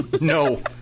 No